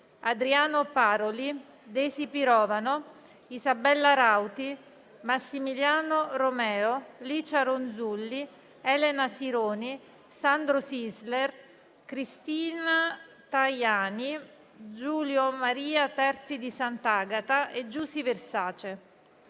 Adriano Paroli, Daisy Pirovano, Isabella Rauti, Massimiliano Romeo, Licia Ronzulli, Elena Sironi, Sandro Sisler, Cristina Tajani, Giuliomaria Terzi di Sant'Agata e Giusy Versace;